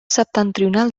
septentrional